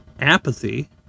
apathy